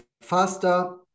faster